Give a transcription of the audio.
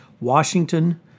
Washington